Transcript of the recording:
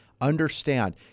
Understand